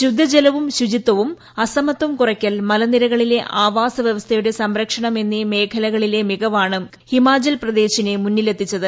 ശുദ്ധജലവും ശുചിത്വും അസമത്വം കുറയ്ക്കൽ മലനിരകളിലെ ആവാസ വ്യവസ്ഥയുടെ സംരക്ഷണം എന്നീ മേഖലകളിലെ മികവാണ് ഹിമാചൽ പ്രദേശിനെ മുന്നിലെത്തിച്ചത്